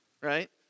right